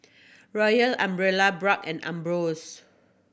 Royal Umbrella Bragg and Ambros